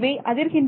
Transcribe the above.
இவை அதிர்கின்றன